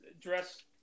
dress